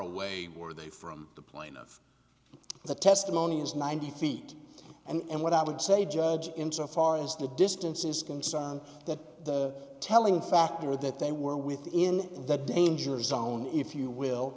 away were they from the plaintiff the testimony is ninety feet and what i would say judge insofar as the distance is concerned that the telling factor that they were within the danger zone if you will